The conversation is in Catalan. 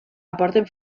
aporten